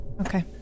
Okay